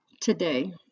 today